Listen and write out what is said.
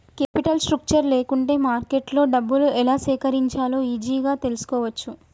capital structure లేకుంటే మార్కెట్లో డబ్బులు ఎలా సేకరించాలో ఈజీగా తెల్సుకోవచ్చు